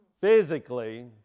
physically